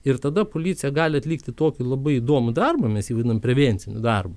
ir tada policija gali atlikti tokį labai įdomų darbą mes jį vadinam prevenciniu darbu